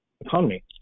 economy